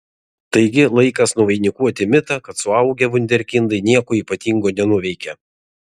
taigi laikas nuvainikuoti mitą kad suaugę vunderkindai nieko ypatingo nenuveikia